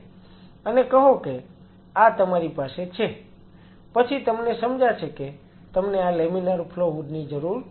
અને કહો કે આ તમારી પાસે છે પછી તમને સમજાશે કે તમને આ લેમિનાર ફ્લો હૂડ ની જરૂર પડશે